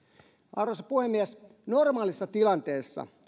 arvoisa puhemies jos normaalissa tilanteessa